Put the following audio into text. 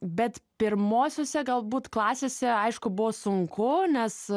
bet pirmosiose galbūt klasėse aišku buvo sunku nes